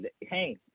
hey